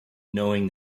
knowing